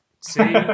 See